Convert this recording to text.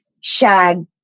shag